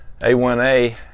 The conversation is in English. A1A